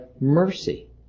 mercy